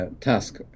task